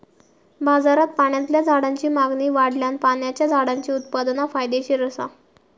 बाजारात पाण्यातल्या झाडांची मागणी वाढल्यान पाण्याच्या झाडांचा उत्पादन फायदेशीर असा